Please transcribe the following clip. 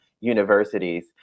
universities